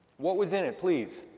what was in it? please.